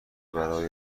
برابری